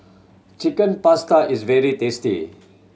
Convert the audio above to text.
Chicken Pasta is very tasty